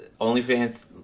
OnlyFans